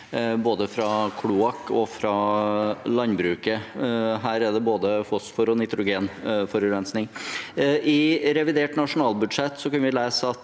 både fra kloakk og fra landbruket. Her er det både fosfor- og nitrogenforurensning. I revidert nasjonalbudsjett kunne vi lese at